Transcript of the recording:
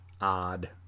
odd